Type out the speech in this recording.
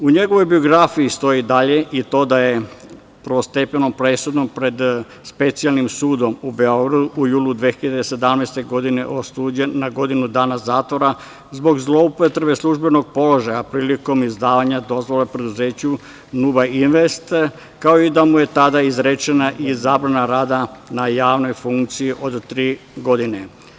U njegovoj biografiji stoji dalje i to da je prvostepenom presudom pred Specijalnim sudom u Beogradu, u julu 2017. godine osuđen na godinu dana zatvora zbog zloupotrebe službenog položaja prilikom izdavanja dozvole preduzeću „Nuba invest“, kao i da mu je tada izrečena zabrana rada na javnoj funkciji od tri godine.